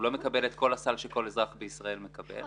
הוא לא מקבל את כל הסל שכל אזרח בישראל מקבל.